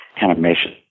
animation